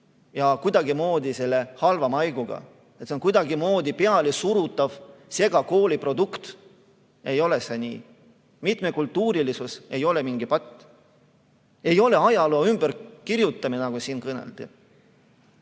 ja kuidagimoodi halva maiguga, et see on kuidagimoodi peale surutav segakooli produkt. Ei ole see nii! Mitmekultuurilisus ei ole mingi patt. Ei ole ajaloo ümberkirjutamine, nagu siin kõneldi.